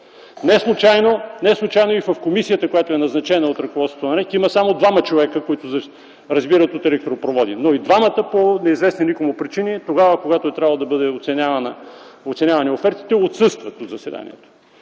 Неслучайно и в комисията, назначена от ръководството на НЕК, има само двама човека, които разбират от електропроводи, но и двамата по неизвестни никому причини, когато е трябвало да бъдат оценявани офертите, отсъстват от заседанието!